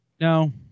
No